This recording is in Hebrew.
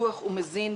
בטוח ומזין,